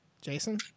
Jason